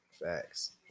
Facts